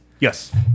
Yes